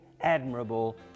admirable